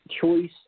choice